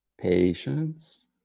patience